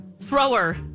Thrower